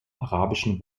arabischen